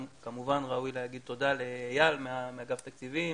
גם כמובן ראוי לומר תודה לאייל מאגף התקציבים